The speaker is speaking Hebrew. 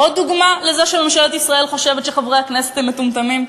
עוד דוגמה לזה שממשלת ישראל חושבת שחברי הכנסת הם מטומטמים: